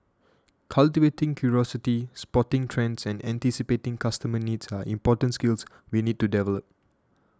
cultivating curiosity spotting trends and anticipating customer needs are important skills we need to develop